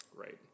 Right